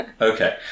Okay